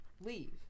leave